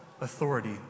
authority